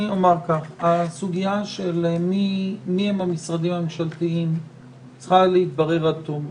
הסוגיה של מיהם המשרדים הממשלתיים צריכה להתברר עד תום.